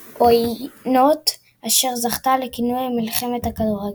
העוינות אשר זכתה לכינוי מלחמת הכדורגל.